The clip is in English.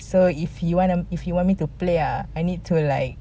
so if you wanna if you want me to play ah I need to like